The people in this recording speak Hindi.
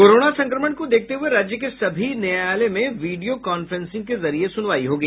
कोरोना संक्रमण को देखते हये राज्य के सभी न्यायालय में वीडिया कांफ्रेंसिंग के जरिये सुनवाई होगी